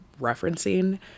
referencing